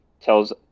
tells